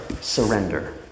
surrender